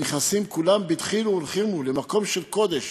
ונכנסים כולם בדחילו ורחימו למקום של קודש,